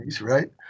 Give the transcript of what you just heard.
Right